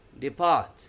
depart